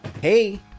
hey